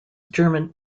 german